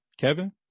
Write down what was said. Kevin